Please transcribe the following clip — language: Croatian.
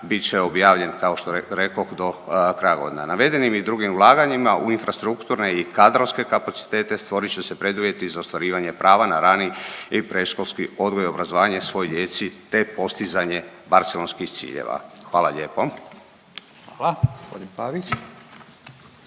Bit će objavljen kao što rekoh do kraja godine. Navedenim i drugim ulaganjima u infrastrukturne i kadrovske kapacitete stvorit će se preduvjeti za ostvarivanje prava na rani i predškolski odgoj i obrazovanje svoj djeci te postizanje barcelonskih ciljeva. Hvala lijepo.